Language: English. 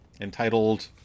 Entitled